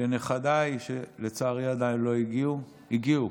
לנכדיי, שלצערי עדיין לא הגיעו, הגיעו.